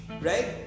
right